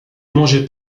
mangez